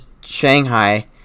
Shanghai